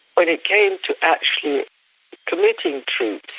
when it came to actually committing troops,